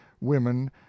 women